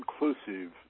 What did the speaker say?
inclusive